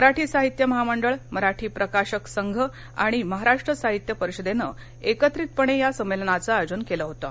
मराठी साहित्य महामंडळ मराठी प्रकाशक संघ आणि महाराष्ट्र साहित्य परिषदेनं एकत्रितपणे या संमेलनाचं आयोजन केलं होतं